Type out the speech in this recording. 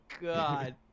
God